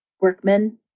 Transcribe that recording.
workmen